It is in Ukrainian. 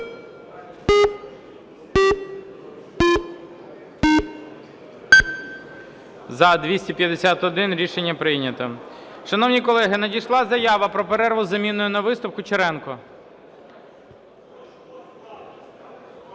За-251 Рішення прийнято. Шановні колеги, надійшла заява про перерву з заміною на виступ. Кучеренко.